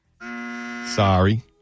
Sorry